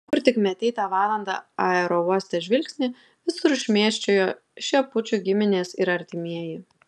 kur tik metei tą valandą aerouoste žvilgsnį visur šmėsčiojo šepučių giminės ir artimieji